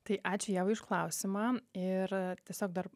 tai ačiū ievai už klausimą ir tiesiog dar